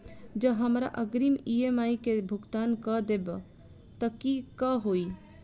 जँ हमरा अग्रिम ई.एम.आई केँ भुगतान करऽ देब तऽ कऽ होइ?